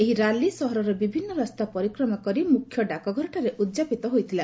ଏହି ର୍ୟାଲି ସହରର ବିଭିନ୍ନ ରାସ୍ତା ପରିକ୍ରମା କରି ମୁଖ୍ୟ ଡାକଘରଠାରେ ଉଦ୍ଯାପିତ ହୋଇଥିଲା